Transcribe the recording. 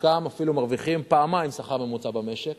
שחלקם אפילו מרוויחים פעמיים שכר ממוצע במשק